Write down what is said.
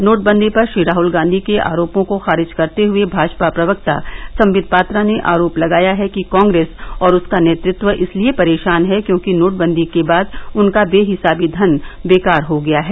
नोटबंदी पर श्री राहल गांधी के आरोपों को खारिज करते हुए भाजपा प्रवक्ता सम्बित पात्रा ने आरोप लगाया है कि कांग्रेस और उसका नेतृत्व इसलिए परेशान है क्योंकि नोटबंदी के बाद उनका बेहिसाबी धन बेकार हो गया है